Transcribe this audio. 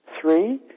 Three